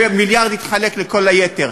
ומיליארד התחלק לכל היתר.